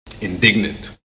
indignant